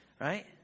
right